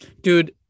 dude